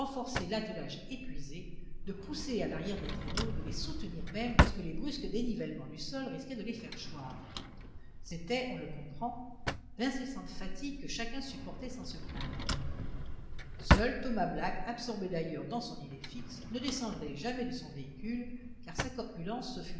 renforcer l'attelage épuisé de pousser à l'arrière des traîneaux de les soutenir même lorsque les brusques dénivellements du sol risquaient de les faire choir c'étaient on le comprend d'incessantes fatigues que chacun supportait sans se plaindre seul thomas black absorbé d'ailleurs dans son idée fixe ne descendait jamais de son véhicule car sa corpulence